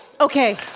Okay